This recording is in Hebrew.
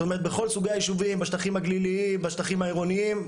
זאת אומרת בכל סוגי הישובים בשטחים הגליליים בשטחים העירוניים,